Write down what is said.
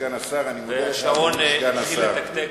השעון התחיל לתקתק.